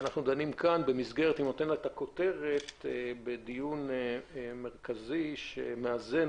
אנחנו דנים כאן במסגרת דיון מרכזי שמאזן